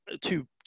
two